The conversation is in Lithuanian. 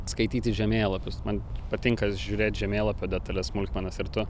skaityti žemėlapius man patinka žiūrėt žemėlapio detales smulkmenas ir tu